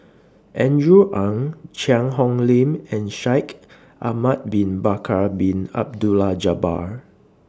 Andrew Ang Cheang Hong Lim and Shaikh Ahmad Bin Bakar Bin Abdullah Jabbar